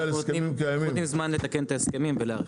אז הם נותנים זמן לתקן את ההסכמים ולהיערך.